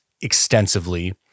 extensively